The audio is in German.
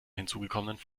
hinzugekommenen